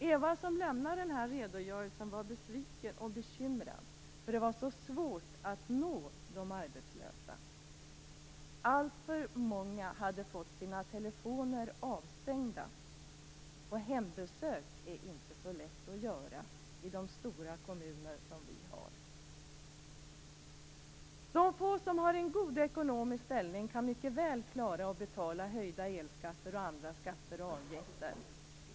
Eva, som lämnade den här redogörelsen, var besviken och bekymrad. Det var så svårt att nå de arbetslösa. Alltför många hade fått sina telefoner avstängda, och det är inte så lätt att göra hembesök i de stora kommuner som vi har.